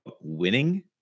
winning